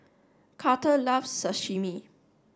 Karter loves Sashimi